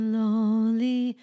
lonely